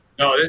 No